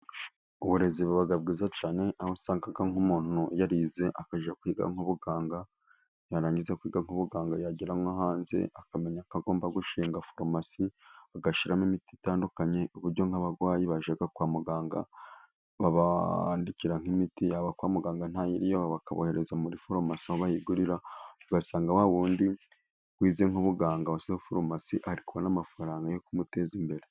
Uburezi buba bwiza cyane aho usanga nk'umuntu yarize, akajya kwiga nk'ubuganga yarangiza kwiga nk' ubuganga yagera nko hanze akamenyako agomba gushinga farumasi, agashyiramo imiti itandukanye Ku buryo nk'abarwayi bajya kwa muganga, babandikira nk'imiti yaba kwa muganga ntayiriyo bakabohereza muri foromasi aho bayigurira, ugasanga wa wundi wize nk'ubuganga washyizeho farumasi ari kubona amafaranga yo kumuteza imbere.